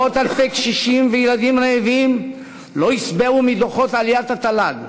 מאות אלפי קשישים וילדים רעבים לא ישבעו מדוחות עליית התל"ג.